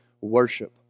worship